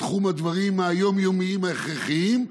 בתחום הדברים היום-יומיים ההכרחיים,